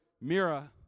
Mira